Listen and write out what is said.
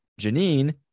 Janine